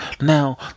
Now